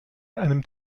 einem